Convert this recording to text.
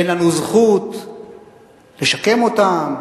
אין לנו זכות לשקם אותם,